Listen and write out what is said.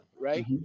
right